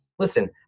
listen